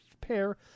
pair